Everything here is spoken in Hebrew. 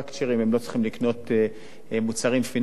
והם לא צריכים לקנות מוצרים פיננסיים.